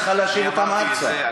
צריכה להשיב אותם ארצה.